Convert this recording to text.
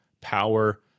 power